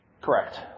Correct